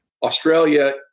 Australia